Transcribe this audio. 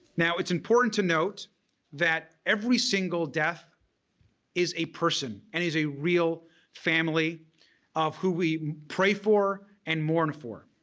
now it's important to note that every single death is a person and is a real family of who we pray for and mourn for.